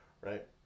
right